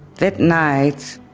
that night,